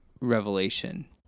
revelation